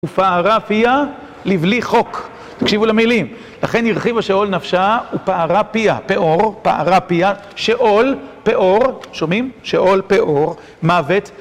ופערה פיה לבלי חוק. תקשיבו למילים. לכן הרחיב השאול נפשה ופערה פיה, פעור, פערה פיה, שאול, פעור, שומעים? שאול, פעור, מוות,